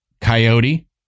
coyote